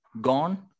gone